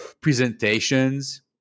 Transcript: presentations